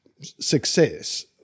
success